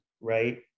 right